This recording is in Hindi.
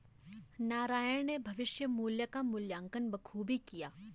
नारायण ने भविष्य मुल्य का मूल्यांकन बखूबी किया